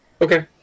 Okay